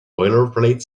boilerplate